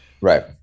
Right